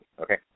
okay